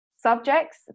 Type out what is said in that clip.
subjects